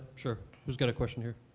sure. who's got a question here?